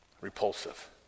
Repulsive